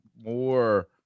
more –